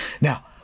Now